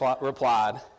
replied